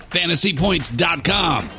fantasypoints.com